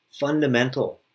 fundamental